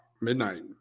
midnight